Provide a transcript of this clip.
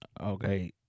Okay